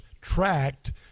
tracked